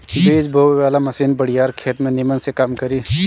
बीज बोवे वाला मशीन बड़ियार खेत में निमन से काम करी